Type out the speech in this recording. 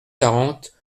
quarante